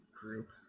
group